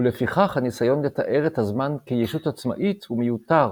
ולפיכך הניסיון לתאר את הזמן כישות עצמאית הוא מיותר